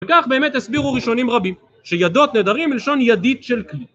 וכך באמת הסבירו ראשונים רבים, שיידות נדרים מלשון ידית של כלי